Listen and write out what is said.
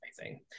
amazing